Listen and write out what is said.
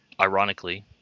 ironically